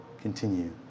continue